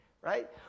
Right